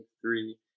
three